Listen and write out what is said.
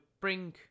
bring